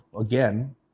again